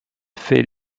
fait